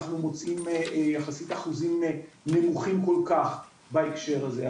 אנחנו מוצאים יחסית אחוזים נמוכים כל כך בהקשר הזה.